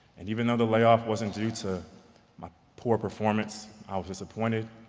and even though the layoff wasn't due to my poor performance, i was disappointed,